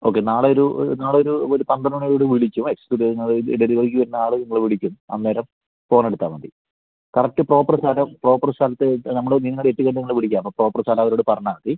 okay നാളെയൊരു നാളെയൊരു ഒരു പന്ത്രണ്ടുമണിയോടുകൂടി വിളിക്കും എക്സ്ബില്ല് അതായത് ഡെലിവറിക്ക് വരുന്ന ആള് നിങ്ങളെ വിളിക്കും അന്നേരം ഫോണെടുത്താൽ മതി കറക്റ്റ് പ്രോപ്പർ സ്ഥലം പ്രോപ്പർ സ്ഥലത്ത് നമ്മള് നിങ്ങളെത്തിക്കഴിഞ്ഞ് നിങ്ങളെ വിളിക്കാം അപ്പോൾ പ്രോപ്പർ സ്ഥലം അവരോട് പറഞ്ഞാൽ മതി